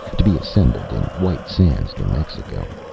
to be assembled in white sands, mexico.